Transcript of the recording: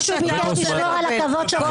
מישהו ביקש לשמור על הכבוד שלך,